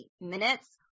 minutes